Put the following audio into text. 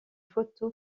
photo